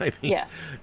Yes